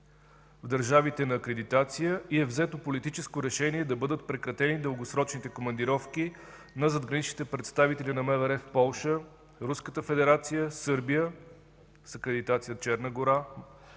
в държавите на акредитация и е взето политическо решение да бъдат прекратени дългосрочните командировки на задграничните представители на МВР в Полша, Руската федерация, Сърбия с акредитация за Черна гора,